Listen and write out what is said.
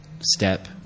step